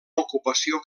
ocupació